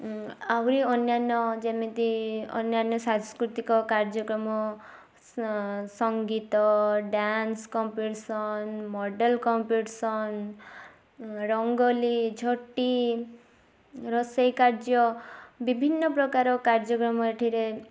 ଆହୁରି ଅନ୍ୟାନ୍ୟ ଯେମିତି ଅନ୍ୟାନ୍ୟ ସାଂସ୍କୃତିକ କାର୍ଯ୍ୟକ୍ରମ ସଂଗୀତ dance competition model competition rangoli ଝୋଟି ରୋଷେଇ କାର୍ଯ୍ୟ ବିଭିନ୍ନ ପ୍ରକାର କାର୍ଯ୍ୟକ୍ରମ ଏଥିରେ